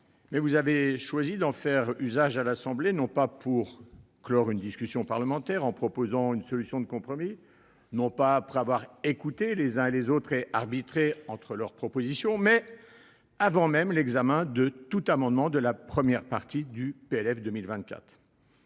mais vous avez choisi d’en faire usage à l’Assemblée nationale, non pas pour clore une discussion parlementaire en proposant une solution de compromis, non pas après avoir écouté les uns et les autres et arbitré entre leurs propositions, mais avant même l’examen de tout amendement de la première partie du projet